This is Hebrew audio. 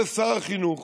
זה שר החינוך